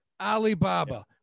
Alibaba